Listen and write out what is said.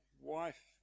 wife